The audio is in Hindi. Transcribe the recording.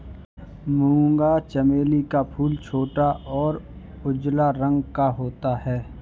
मूंगा चमेली का फूल छोटा और उजला रंग का होता है